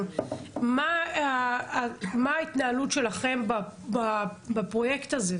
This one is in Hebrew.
מה ההתנהלות שלכם בפרויקט הזה?